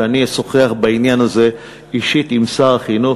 שאני אשוחח בעניין הזה אישית עם שר החינוך.